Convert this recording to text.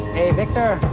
hey victor,